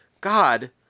God